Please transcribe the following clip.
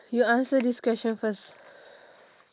you answer this question first